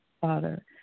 father